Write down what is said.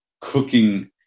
cooking